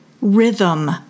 rhythm